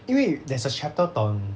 因为 there's a chapter 等